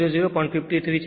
53 છે